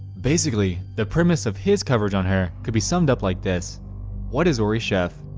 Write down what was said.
basically the premise of his coverage on her could be summed up like this what is orie chef,